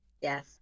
Yes